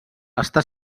està